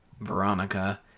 Veronica